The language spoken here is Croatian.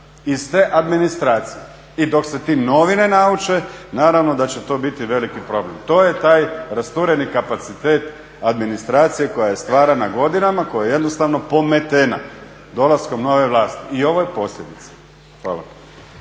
iz te administracije. I dok se ti novi ne nauče naravno da će to biti veliki problem. To je taj rastureni kapacitet administracije koja je stvarana godinama, koja je jednostavno pometena dolaskom nove vlasti. I ovo je posljedica. Hvala.